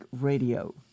Radio